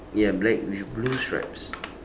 ya black with blue stripes